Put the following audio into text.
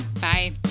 Bye